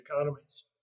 economies